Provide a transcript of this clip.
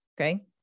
Okay